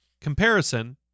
Comparison